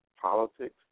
politics